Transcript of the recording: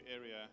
area